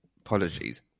Apologies